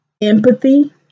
empathy